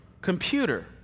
computer